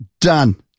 done